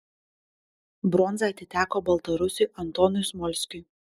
bronza atiteko baltarusiui antonui smolskiui